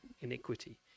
iniquity